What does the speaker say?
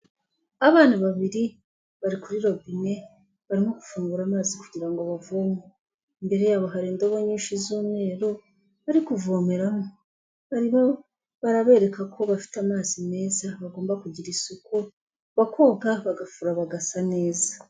Abana babiri bari kuri robine barimo gufungura amazi kugira ngo bavome, imbere yabo hari indobo nyinshi z'umweru bari kuvomeramo, barimo barabereka ko bafite amazi meza bagomba kugira isuku, bakoga bagafura bagasa neza.